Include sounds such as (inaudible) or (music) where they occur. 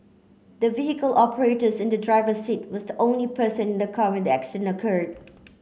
the vehicle (noise) operators in the driver seat was the only person in the car when the accident occurred